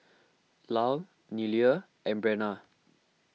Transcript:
Lyle Nealie and Brenna